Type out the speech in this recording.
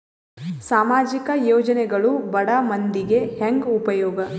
ಸಾಮಾಜಿಕ ಯೋಜನೆಗಳು ಬಡ ಮಂದಿಗೆ ಹೆಂಗ್ ಉಪಯೋಗ?